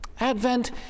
Advent